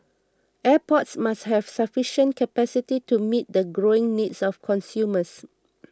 airports must have sufficient capacity to meet the growing needs of consumers